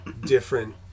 different